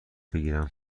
بگیرم